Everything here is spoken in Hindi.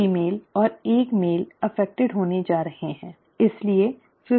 एक फीमेल और एक मेल प्रभावित होने जा रहे हैं ठीक है